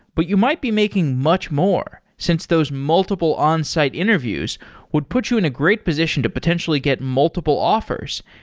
but you might be making much more since those multiple onsite interviews would put you in a great position to potentially get multiple offers,